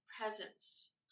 presence